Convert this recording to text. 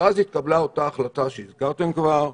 ואז התקבלה אותה ההחלטה שהזכרתם כבר,